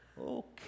Okay